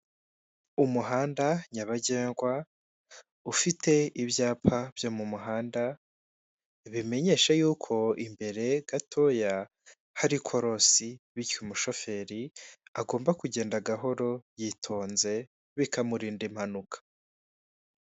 Umuhanda nyabagendwa, ufite ibyapa byo mu muhanda, bimenyesha y'uko imbere gatoya hari ikorosi bityo umushoferi agomba kugenda gahoro yitonze bikamurinda impanuka.